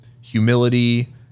humility